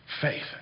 faith